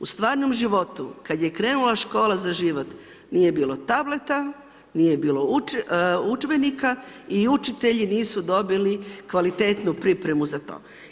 U stvarnom životu kad je krenula škola za život nije bilo tableta, nije bilo udžbenika i učitelji nisu dobili kvalitetnu pripremu za to.